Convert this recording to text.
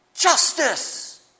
Justice